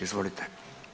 Izvolite.